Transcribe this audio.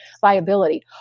viability